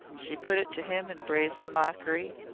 she put it to him in brazen mockery.